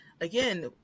again